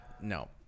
No